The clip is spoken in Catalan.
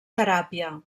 teràpia